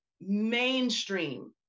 mainstream